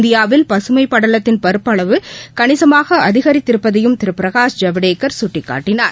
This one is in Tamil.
இந்தியாவில் பசுமைப் படலத்தின் பரப்பளவு கணிசமாக அதிகரித்திருப்பதையும் திரு பிரனஷ் ஜவடேக்கர் சுட்டிக்காட்டினார்